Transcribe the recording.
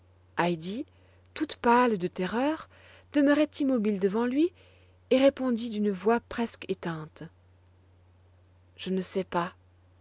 toute pâle de terreur demeurait immobile devant lui et répondit d'une voix presque éteinte je ne sais pas